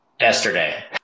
Yesterday